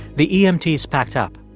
the emts packed up.